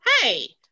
Hey